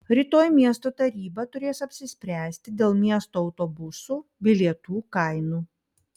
rytoj miesto taryba turės apsispręsti dėl miesto autobusų bilietų kainų